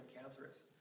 cancerous